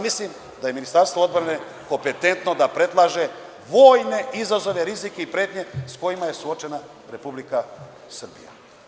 Mislim da je Ministarstvo odbrane kompetentno da predlaže vojne izazove, rizike i pretnje sa kojima je suočena Republika Srbija.